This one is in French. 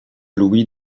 louis